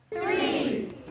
Three